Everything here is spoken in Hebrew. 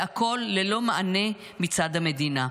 והכול ללא מענה מצד המדינה.